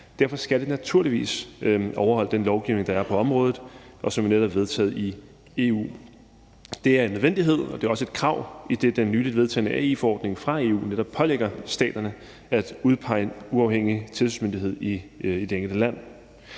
Derfor skal det naturligvis overholde den lovgivning, der er på området, og som man netop har vedtaget i EU. Det er en nødvendighed, og det er også et krav, idet den nyligt vedtagne AI-forordning fra EU netop pålægger staterne at udpege en uafhængig tilsynsmyndighed i det enkelte land.